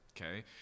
okay